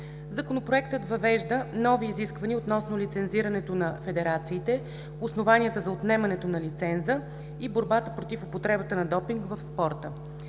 Законопроектът въвежда нови изисквания относно лицензирането на федерациите, основанията за отнемането на лиценза и борбата против употребата на допинг в спорта.